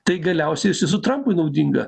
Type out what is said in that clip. tai galiausiai iš tiesų trampui naudinga